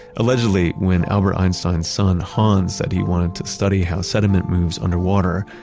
allegedly, when albert einstein's son, hans, said he wanted to study how sediment moves underwater,